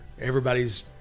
everybody's